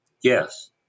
yes